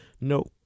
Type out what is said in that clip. No